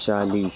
चालीस